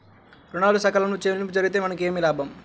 ఋణాలు సకాలంలో చెల్లింపు జరిగితే మనకు ఏమి లాభం?